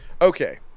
Okay